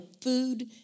food